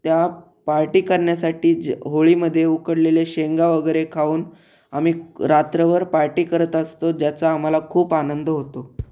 त्या पार्टी करण्यासाठी जे होळीमध्ये उकडलेले शेंगा वगेरे खाऊन आम्ही रात्रभर पार्टी करत असतो ज्याचा आम्हाला खूप आनंद होतो